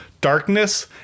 darkness